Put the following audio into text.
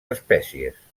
espècies